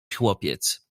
chłopiec